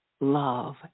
love